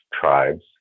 tribes